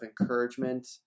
encouragement